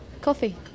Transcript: Coffee